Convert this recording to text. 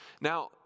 Now